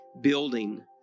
building